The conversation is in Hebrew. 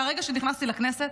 מהרגע שנכנסתי לכנסת,